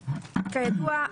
כידוע,